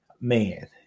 Man